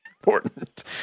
important